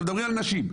אתם מדברים על נשים.